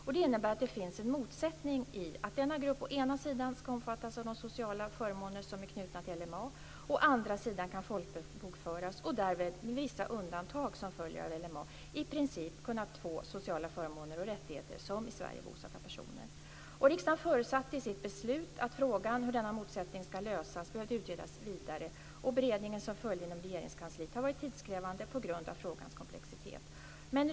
Detta innebär att det finns en motsättning i att denna grupp å ena sidan ska omfattas av de sociala förmåner som är knutna till LMA, å andra sidan kan folkbokföras och därmed, med vissa undantag som följer av LMA, i princip kunnat få sociala förmåner och rättigheter som i Sverige bosatta personer. Riksdagen förutsatte i sitt beslut att frågan hur denna motsättning ska lösas behövde utredas vidare. Beredningen som följde inom Regeringskansliet har varit tidskrävande på grund av frågans komplexitet.